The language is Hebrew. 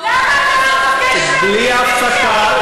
למה אתה לא, בלי הפסקה.